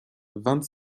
vingt